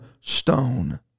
stone